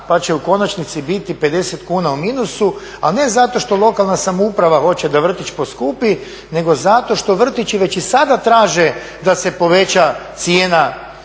pa će u konačnici biti 50 kuna u minusu, ali ne zato što lokalna samouprava hoće da vrtić poskupi nego zato što vrtići već i sada traže da se poveća cijena